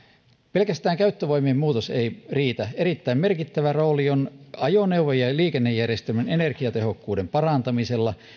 pelkästään käyttövoimien muutos ei riitä erittäin merkittävä rooli on ajoneuvojen ja liikennejärjestelmän energiatehokkuuden parantamisella